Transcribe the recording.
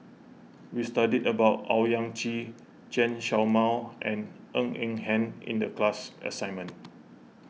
we studied about Owyang Chi Chen Show Mao and Ng Eng Hen in the class assignment